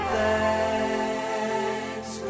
thanks